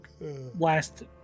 Last